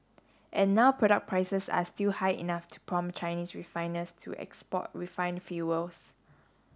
and now product prices are still high enough to prompt Chinese refiners to export refined fuels